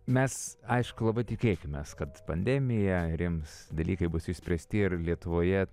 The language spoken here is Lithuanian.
mes aišku labai tikėkimės kad pandemija rims dalykai bus išspręsti ir lietuvoje